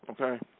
okay